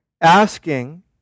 asking